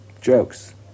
Jokes